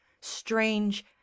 strange